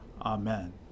Amen